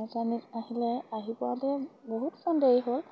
mechanic আহিলে আহি পোৱাতে বহুতকন দেৰি হ'ল